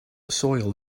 soil